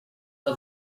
are